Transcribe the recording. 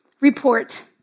report